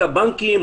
את הבנקים,